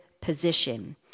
position